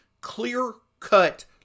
clear-cut